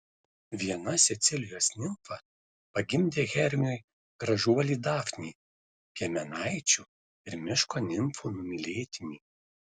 viena sicilijos nimfa pagimdė hermiui gražuolį dafnį piemenaičių ir miško nimfų numylėtinį